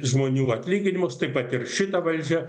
žmonių atlyginimus taip pat ir šita valdžia